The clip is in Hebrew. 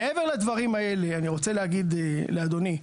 מעבר לדברים האלה, אני רוצה להגיד לאדוני,